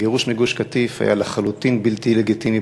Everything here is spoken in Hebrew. הגירוש מגוש-קטיף היה לחלוטין בלתי לגיטימי,